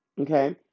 okay